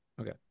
Okay